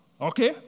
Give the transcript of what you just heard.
Okay